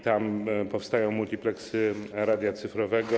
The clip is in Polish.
Tam powstają multipleksy radia cyfrowego.